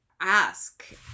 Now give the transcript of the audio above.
ask